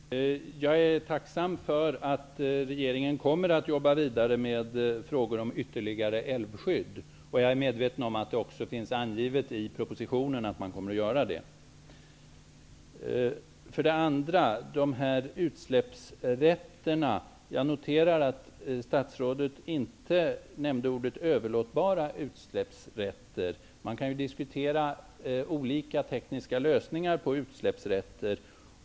Herr talman! Jag är tacksam för att regeringen kommer att jobba vidare med frågor om ytterligare älvskydd. Jag är även medveten om att det i propositionen finns angivet att man kommer att göra det. Jag noterade, när det gäller utsläppsrätterna, att statsrådet inte nämnde ordet överlåtbara utsläppsrätter. Man kan diskutera olika tekniska lösningar på utsläppsrätter.